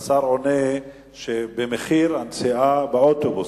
והשר עונה שמחיר נסיעה באוטובוס.